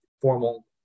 formal